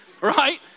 right